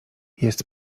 jest